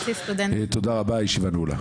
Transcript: תודה רבה, הישיבה נעולה.